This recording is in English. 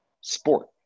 sport